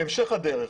בהמשך הדרך,